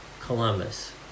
Columbus